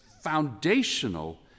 foundational